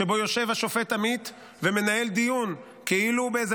שבו יושב השופט עמית ומנהל דיון כאילו הוא באיזה